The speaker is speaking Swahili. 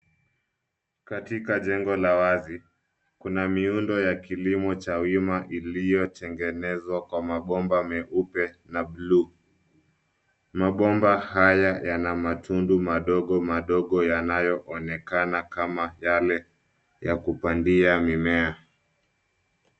Katika jengo la wazi, kuna miundo ya kilimo cha wima iliyotengenezwa kwa mabomba meupe na buluu. Mabomba haya yana matundu madogo madogo yanayoonekana kama yale ya kupandia mimea.